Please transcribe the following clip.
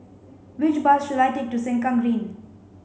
which bus should I take to Sengkang Green